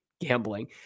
gambling